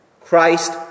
Christ